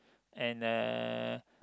and uh